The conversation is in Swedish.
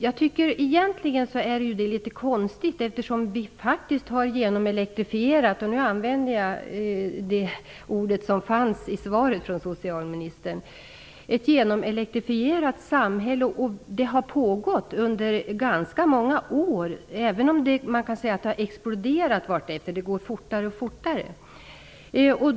Det är ju egentligen litet konstigt eftersom vi faktiskt har ett genomelektrifierat samhälle - nu använder jag det ord som fanns i svaret från socialministern. Det har pågått under ganska många år även om man kan säga att det har exploderat på sistone. Det går fortare och fortare.